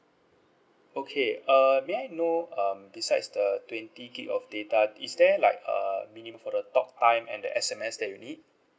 okay uh may I know um besides the twenty gig of data is there like uh minimum for the talk time and the S_M_S that you need